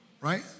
Right